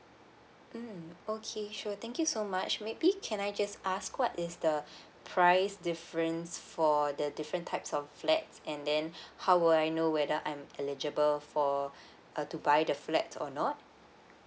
mm okay sure thank you so much maybe can I just ask what is the price difference for the different types of flats and then how will I know whether I'm eligible for uh to buy the flat or not